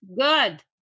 Good